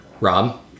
Rob